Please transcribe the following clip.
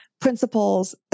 Principles